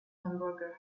hamburger